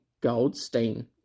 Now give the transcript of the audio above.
Goldstein